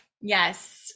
Yes